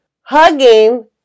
hugging